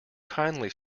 kindly